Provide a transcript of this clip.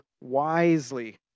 wisely